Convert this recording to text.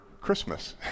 Christmas